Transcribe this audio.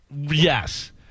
yes